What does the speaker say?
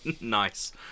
Nice